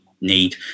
need